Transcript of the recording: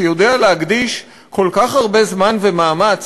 שיודע להקדיש כל כך הרבה זמן ומאמץ